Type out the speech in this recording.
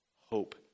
hope